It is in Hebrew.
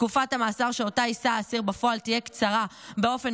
תקופת המאסר שאותה יישא האסיר בפועל תהיה קצרה באופן